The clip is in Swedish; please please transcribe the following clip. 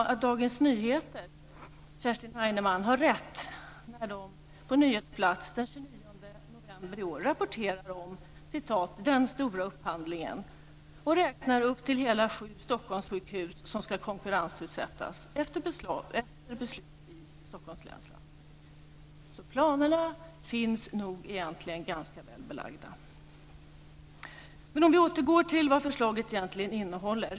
Har Dagens Nyheter, november i år rapporterar om "den stora upphandlingen"? Man räknar upp sju Stockholmssjukhus som ska konkurrensutsättas efter beslut i Stockholms läns landsting. Planerna finns egentligen väl belagda. Om vi återgår till vad förslaget egentligen innehåller.